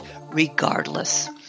regardless